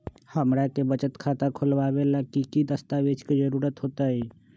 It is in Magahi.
हमरा के बचत खाता खोलबाबे ला की की दस्तावेज के जरूरत होतई?